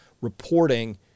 reporting